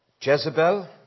Jezebel